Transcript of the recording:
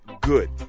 good